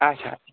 اچھا اچھا